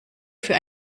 für